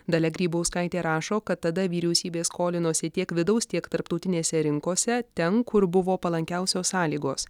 dalia grybauskaitė rašo kad tada vyriausybė skolinosi tiek vidaus tiek tarptautinėse rinkose ten kur buvo palankiausios sąlygos